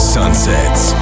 Sunsets